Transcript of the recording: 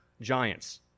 giants